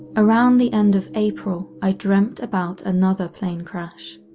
around the end of april i dreamt about another plane crash.